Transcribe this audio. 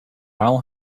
i’ll